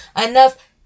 enough